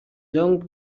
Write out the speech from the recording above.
long